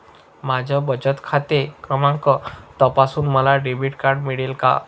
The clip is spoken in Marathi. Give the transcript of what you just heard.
माझा बचत खाते क्रमांक तपासून मला डेबिट कार्ड मिळेल का?